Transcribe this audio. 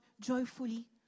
joyfully